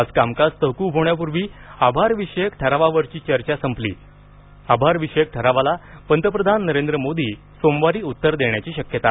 आज कामकाज तहकूब होण्यापूर्वी आभारावरच्या ठरावाचा चर्चा संपली असून आभारविषयक ठरावाला पंतप्रधान नरेंद्र मोदी सोमवारी उत्तर देण्याची शक्यता आहे